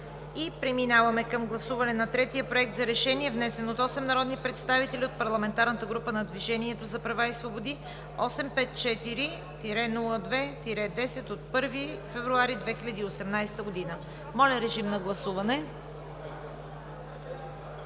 Преминаваме към гласуване на третия Проект за решение, внесен от 8 народни представители от парламентарната група на „Движението за права и свободи“, № 854-02-10, от 1 февруари 2018 г. Гласували